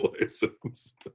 license